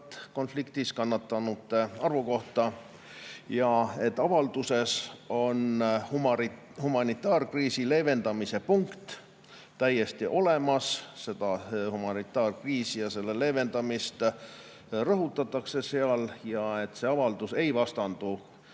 konfliktis kannatanute arvu kohta ja et avalduses on humanitaarkriisi leevendamise punkt täiesti olemas. Seda humanitaarkriisi ja selle leevendamist rõhutatakse seal ning see avaldus ei vastandu